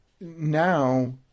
now